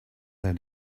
they